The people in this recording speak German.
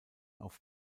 auf